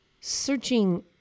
searching